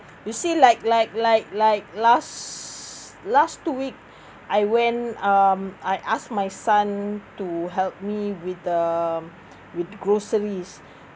you see like like like like last last two week I when um I asked my son to help me with the with groceries